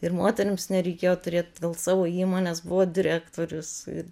ir moterims nereikėjo turėt gal savo įmonės buvo direktorius ir